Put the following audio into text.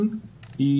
היא